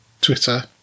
Twitter